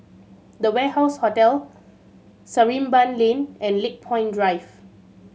The Warehouse Hotel Sarimbun Lane and Lakepoint Drive